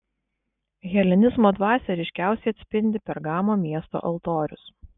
helenizmo dvasią ryškiausiai atspindi pergamo miesto altorius